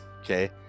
Okay